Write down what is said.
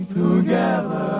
together